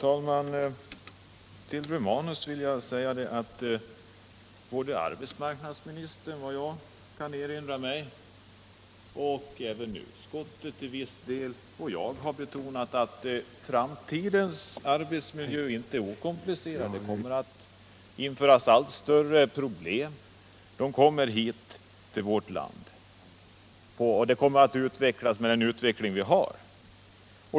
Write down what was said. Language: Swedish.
Herr talman! Jag vill säga till Gabriel Romanus att arbetsmarknadsministern, vad jag kan erinra mig, och även utskottet i viss del samt jag själv har betonat att framtidens arbetsmiljö inte är okomplicerad. Allt större problem kommer att komma till vårt land beroende på utvecklingen.